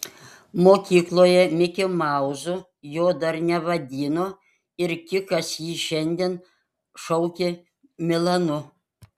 mokykloje mikimauzu jo dar nevadino ir kikas jį šiandien šaukė milanu